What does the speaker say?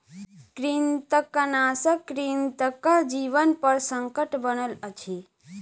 कृंतकनाशक कृंतकक जीवनपर संकट बनल अछि